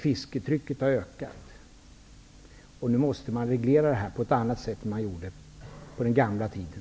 Fisketrycket har ökat. Nu måste man reglera detta på ett annat sätt än man gjorde på den gamla tiden.